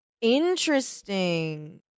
Interesting